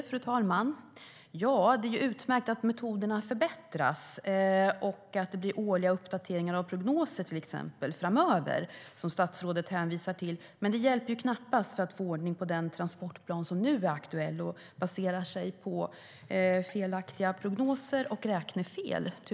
Fru talman! Det är utmärkt att metoderna förbättras och att det blir årliga uppdateringar av prognoser framöver. Men det hjälper knappast för att få ordning på den transportplan som nu är aktuell och som tyvärr baserar sig på felaktiga prognoser och räknefel.